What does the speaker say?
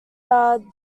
are